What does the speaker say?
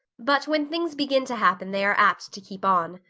but when things begin to happen they are apt to keep on.